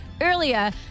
Earlier